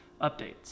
updates